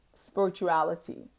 Spirituality